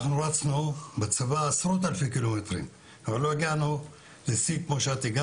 אנחנו רצנו בצבא עשרות אלפי קילומטרים ולא הגענו לשיא כמו שלך.